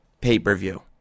pay-per-view